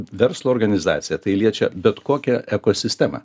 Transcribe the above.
verslo organizaciją tai liečia bet kokią ekosistemą